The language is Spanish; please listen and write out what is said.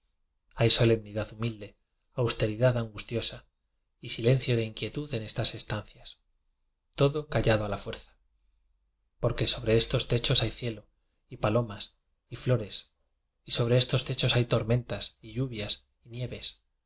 hay solemnidad humilde austeridad an gustiosa y silencio de inquietud en estas estancias todo callado a la fuerza porque sobre estos techos hay cielo y palomas y flores y sobre estos techos hay tormentas y lluvias y nieves